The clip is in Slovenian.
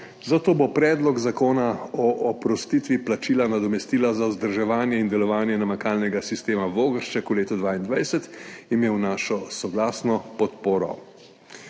zato bo Predlog zakona o oprostitvi plačila nadomestila za vzdrževanje in delovanje namakalnega sistema Vogršček v letu 2022 imel našo soglasno podporo.